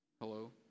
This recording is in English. Hello